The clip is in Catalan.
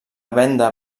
venda